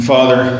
Father